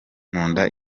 nkunda